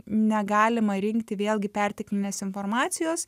negalima rinkti vėlgi perteklinės informacijos